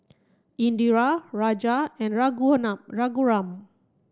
Indira Raja and Raghuram